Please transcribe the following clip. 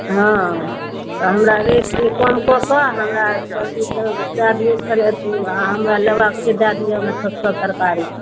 हाँ तऽ हमरा रेट कनि कमकऽ कऽ आओर हमरा सबचीज दऽ दै दिअऽ आओर हमरा लेबाके छै दऽ दिअऽ हमरा सब सब तरकारी